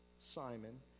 simon